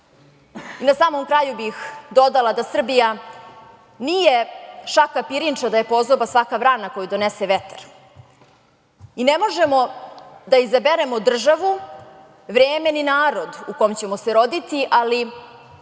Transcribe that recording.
samom kraju bih dodala da Srbija nije šaka pirinča da je pozoba svaka vrana koju donese vetar. I ne možemo da izaberemo državu, vreme ni narod u kom ćemo se roditi, ali